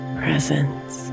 presence